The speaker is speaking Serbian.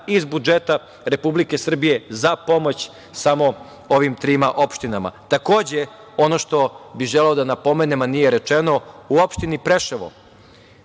iz budžeta Republike Srbije za pomoć samo ovim trima opštinama. Takođe, ono što bih želeo da napomenem, a nije rečeno, u opštini Preševo